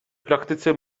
praktyce